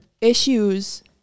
issues